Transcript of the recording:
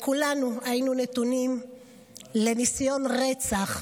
וכולנו היינו נתונים לניסיון רצח.